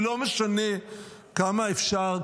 כי לא משנה כמה אפשר,